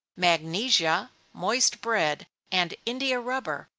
magnesia, moist bread, and india rubber,